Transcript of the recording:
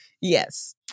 Yes